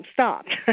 stopped